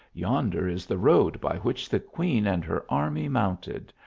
yonder is the road by which the queen and her army mounted,